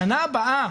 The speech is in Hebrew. בשנה הבאה,